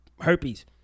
herpes